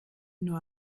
nur